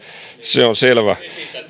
se on selvä